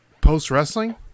Post-wrestling